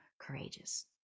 courageous